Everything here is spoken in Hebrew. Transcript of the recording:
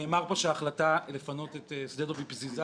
נאמר פה שההחלטה לפנות את שדה דב היא פזיזה.